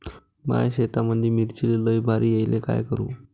माया शेतामंदी मिर्चीले लई बार यायले का करू?